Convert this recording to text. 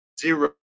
Zero